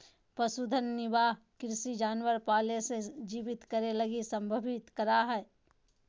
पशुधन निर्वाह कृषि जानवर पाले से जीवित करे लगी संदर्भित करा हइ